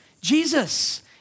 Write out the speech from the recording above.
Jesus